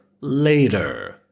Later